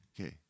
Okay